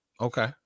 Okay